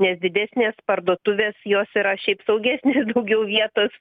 nes didesnės parduotuvės jos yra šiaip saugesnės daugiau vietos